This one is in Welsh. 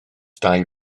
dau